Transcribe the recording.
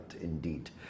indeed